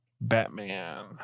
Batman